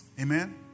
Amen